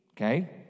okay